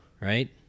Right